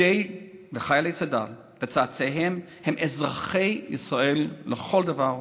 מפקדי וחיילי צד"ל וצאצאיהם הם אזרחי ישראל לכל דבר,